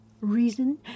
Reason